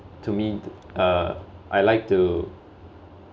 to meet uh I like to